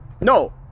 No